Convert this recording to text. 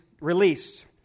released